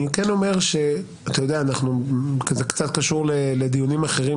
אומר משהו שהוא קצת קשור לדיונים אחרים